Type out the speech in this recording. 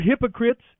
hypocrites